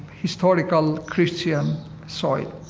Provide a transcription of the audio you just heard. historical christians soil.